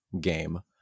game